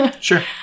Sure